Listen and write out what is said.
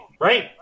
right